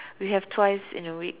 we have twice in a week